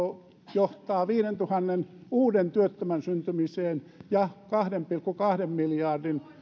johtaa viidentuhannen uuden työttömän syntymiseen ja kahden pilkku kahden miljardin